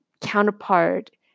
counterpart